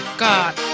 god